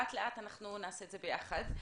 לאט לאט, אנחנו נעשה זאת ביחד.